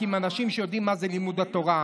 עם אנשים שיודעים מה זה לימוד התורה,